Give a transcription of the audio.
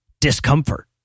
Discomfort